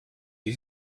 you